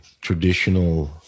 traditional